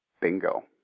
Bingo